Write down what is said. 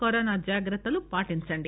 corona జాగ్రత్తలు పాటించండి